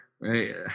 right